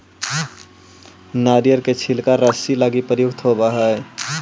नरियर के छिलका रस्सि लगी प्रयुक्त होवऽ हई